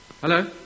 Hello